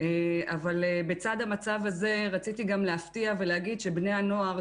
אבל בצד המצב הזה רציתי גם להפתיע ולהגיד שבני הנוער,